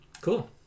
Cool